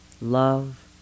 love